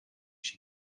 she